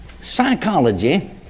Psychology